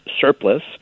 surplus